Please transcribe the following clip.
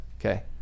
okay